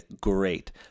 great